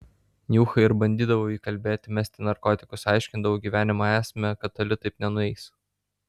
niuchą ir bandydavau įkalbėti mesti narkotikus aiškindavau gyvenimo esmę kad toli taip nenueis